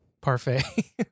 Parfait